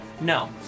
No